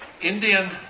Indian